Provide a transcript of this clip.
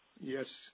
Yes